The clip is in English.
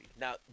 Now